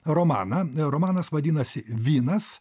romaną romanas vadinasi vinas